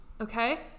Okay